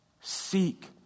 Seek